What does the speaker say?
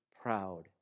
proud